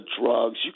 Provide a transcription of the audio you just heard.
drugs